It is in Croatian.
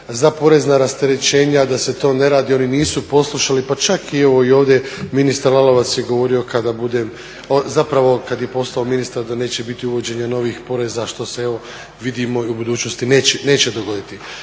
za porezna rasterećenja, da se to ne radi, oni nisu poslušali. Pa čak i ovo ovdje, ministar Lalovac je govorio kada budem, zapravo kad je postao ministar da neće biti uvođenja novih poreza, što se evo vidimo u budućnosti neće dogoditi.